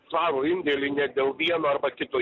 svarų indėlį ne dėl vieno arba kito